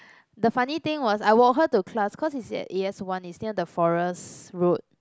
the funny thing was I walk her to class cause is at A_S one is near the forest road